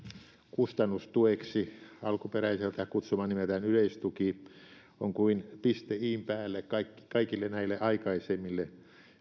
kustannustueksi alkuperäiseltä kutsumanimeltään yleistuki on kuin piste in päälle kaikille kaikille näille aikaisemmille